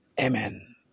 Amen